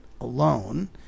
alone